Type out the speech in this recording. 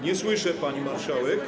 Nie słyszę, pani marszałek.